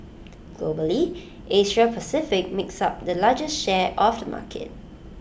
Globally Asia Pacific makes up the largest share of the market